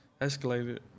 escalated